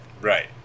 right